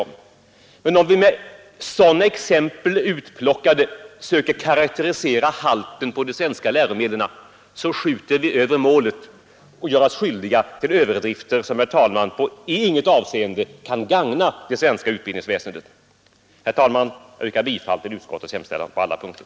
Om vi genom att plocka ut sådana exempel söker karakterisera halten hos de svenska läromedlen, skjuter vi över målet och gör oss skyldiga till överdrifter som, herr talman, i inget avseende kan gagna det svenska utbildningsväsendet. Herr talman! Jag yrkar bifall till utskottets hemställan på alla punkter.